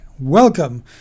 welcome